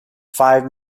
five